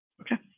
Okay